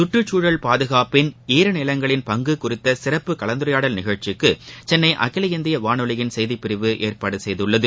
சுற்றுச்சூழல் பாதுகாப்பில் ஈர நிலங்களின் பங்கு குறித்த சிறப்பு கலந்துரையாடல் நிகழ்ச்சிக்கு சென்னை அகில இந்திய வானொலியின் செய்திப்பிரிவு ஏற்பாடு செய்துள்ளது